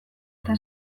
eta